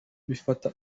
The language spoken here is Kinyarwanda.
bifata